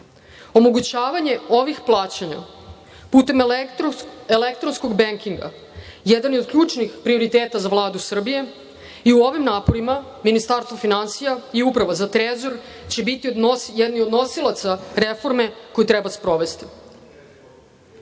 Omogućavanje ovih plaćanja putem elektronskog benkinga jedan je od ključnih prioriteta za Vladu Srbije i u ovim naporima Ministarstvo finansija i Uprava za Trezor će biti jedni od nosilaca reforme koju treba sprovesti. Zakon